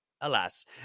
alas